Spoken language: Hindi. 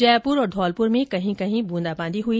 जयपुर और धौलपुर में कहीं कहीं ब्रंदाबांदी हई